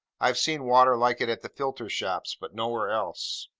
i have seen water like it at the filter-shops, but nowhere else.